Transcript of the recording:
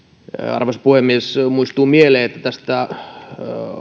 arvoisa puhemies muistuu mieleen että tästä